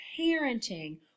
parenting